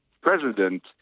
president